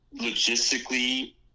logistically